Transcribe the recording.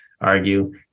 argue